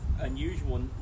unusual